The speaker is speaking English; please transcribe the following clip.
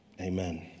Amen